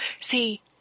See